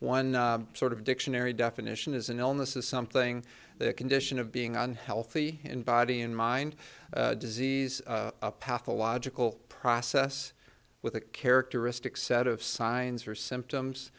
one sort of dictionary definition is an illness is something that a condition of being unhealthy in body and mind disease a pathological process with a characteristic set of signs or symptoms